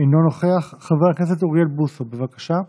אינו נוכח, חבר הכנסת אוריאל בוסו, בבקשה,